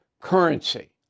currency